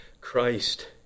Christ